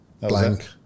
blank